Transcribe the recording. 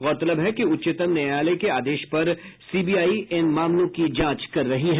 गौरतलब है कि उच्चतम न्यायालय के आदेश पर सीबीआई इन मामलों की जांच कर रही है